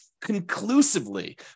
conclusively